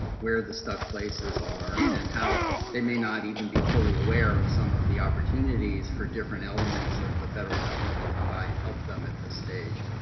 where the stuck places are and how they may not even be fully aware of some of the opportunities for different elements of the federal government to come by and help them at this stage.